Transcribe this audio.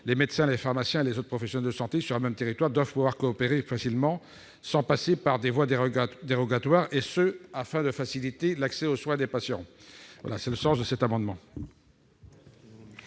Les médecins, les pharmaciens et les autres professionnels de santé sur un même territoire doivent pouvoir coopérer facilement, sans passer par des voies dérogatoires, et ce afin de faciliter l'accès aux soins des patients. Quel est l'avis de la commission